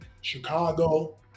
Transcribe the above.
chicago